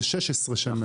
זה 16 שנה.